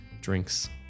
drinks